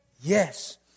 yes